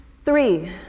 Three